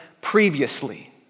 previously